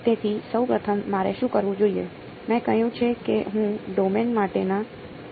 તેથી સૌ પ્રથમ મારે શું કરવું જોઈએ મેં કહ્યું છે કે હું ડોમેન માટેના બેસિસ નો ઉપયોગ કરવા જઈ રહ્યો છું